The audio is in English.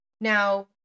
now